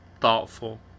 thoughtful